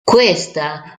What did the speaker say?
questa